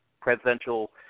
presidential